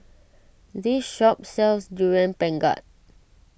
this shop sells Durian Pengat